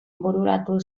bururatu